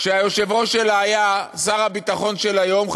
כשהיושב-ראש שלה היה שר הביטחון של היום,